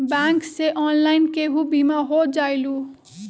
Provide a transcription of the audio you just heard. Bank से online केहु बिमा हो जाईलु?